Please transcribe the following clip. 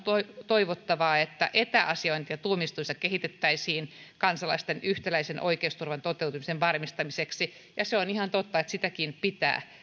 toivottavaa että etäasiointia tuomioistuimissa kehitettäisiin kansalaisten yhtäläisen oikeusturvan toteutumisen varmistamiseksi ja se on ihan totta että sitäkin pitää